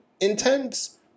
intense